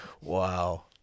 wow